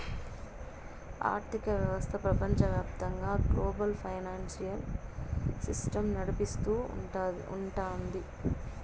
ఆర్థిక వ్యవస్థ ప్రపంచవ్యాప్తంగా గ్లోబల్ ఫైనాన్సియల్ సిస్టమ్ నడిపిస్తూ ఉంటది